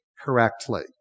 correctly